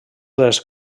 dels